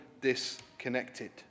disconnected